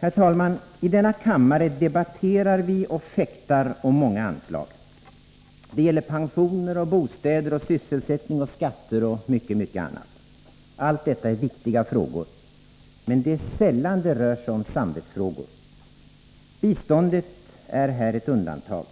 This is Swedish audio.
Herr talman! I denna kammare debatterar vi och fäktar om många anslag. Det gäller pensioner, bostäder, sysselsättning, skatter och mycket, mycket annat. Allt detta är viktiga frågor. Men det är sällan det rör sig om samvetsfrågor. Biståndet är här ett undantag.